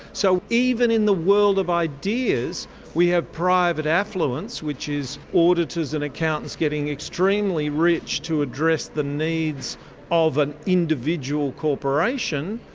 so even in the world of ideas we have private affluence, which is auditors and accountants getting extremely rich to address the needs of an individual corporation,